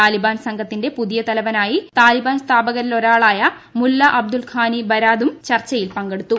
താലിബാൻ സംഘത്തിന്റെ പുതിയ തലവനായി താലിബാൻ സ്ഥാപകരിലൊരാളായ മുല്ല അബ്ദുൽ ഖാനി ബരാദാറും ചർച്ചയിൽ പങ്കെടുത്തു